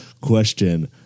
question